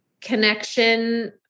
Connection